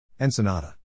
Ensenada